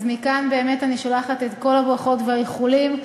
אז מכאן באמת אני שולחת את כל הברכות והאיחולים.